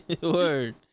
Word